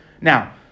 Now